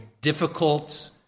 difficult